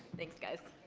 thanks guys